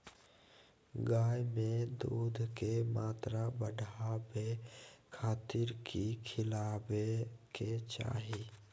गाय में दूध के मात्रा बढ़ावे खातिर कि खिलावे के चाही?